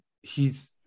he's-